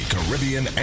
Caribbean